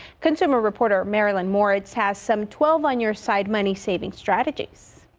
consumer reporter marilyn moritz has some twelve on your side money saving strategies.